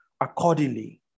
accordingly